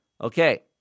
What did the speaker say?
Okay